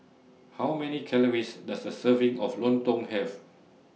How Many Calories Does A Serving of Lontong Have